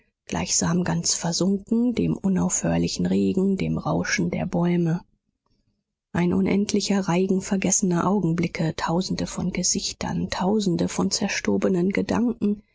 gleichsam ganz versunken dem unaufhörlichen regen dem rauschen der bäume ein unendlicher reigen vergessener augenblicke tausende von gesichtern tausende von zerstobenen gedanken